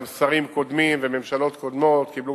גם שרים קודמים וממשלות קודמות קיבלו